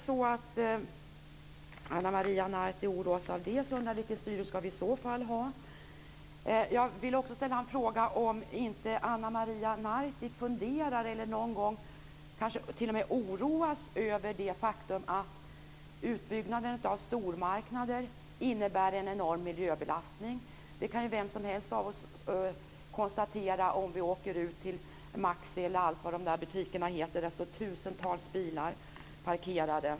Ana Maria Narti oroas över det och undrar i så fall över vilket styre vi ska ha. Jag undrar om Ana Maria Narti någon gång funderar eller någon gång t.o.m. oroas över det faktum att utbyggnaden av stormarknader innebär en enorm miljöbelastning. Vem som helst av oss kan konstatera om vi åker ut till MAXI, eller vad nu dessa butiker heter, att där står tusentals bilar parkerade.